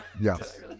Yes